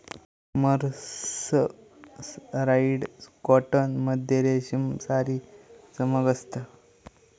mercerised cotton मध्ये रेशमसारी चमक असता